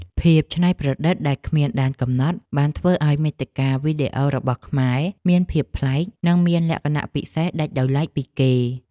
ភាពច្នៃប្រឌិតដែលគ្មានដែនកំណត់បានធ្វើឱ្យមាតិកាវីដេអូរបស់ខ្មែរមានភាពប្លែក និងមានលក្ខណៈពិសេសដាច់ដោយឡែកពីគេ។